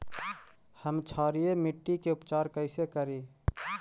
हम क्षारीय मिट्टी के उपचार कैसे करी?